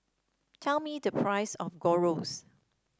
tell me the price of Gyros